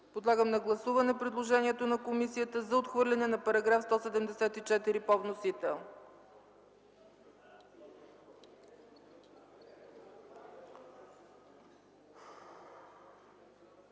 Подлагам на гласуване предложението на комисията за отхвърляне на § 186 по вносител.